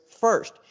first